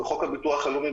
חוק הביטוח הלאומי,